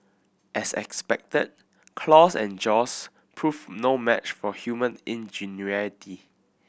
as expected claws and jaws proved no match for human ingenuity